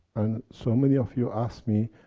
and so many of you ask me,